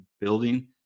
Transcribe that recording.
building